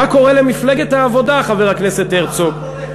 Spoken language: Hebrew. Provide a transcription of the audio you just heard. מה קורה למפלגת העבודה, חבר הכנסת הרצוג?